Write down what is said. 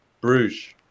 Bruges